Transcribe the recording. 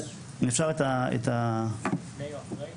(באמצעות מצגת)